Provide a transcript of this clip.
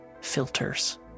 filters